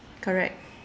correct